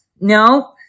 no